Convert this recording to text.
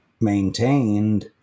maintained